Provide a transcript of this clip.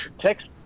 text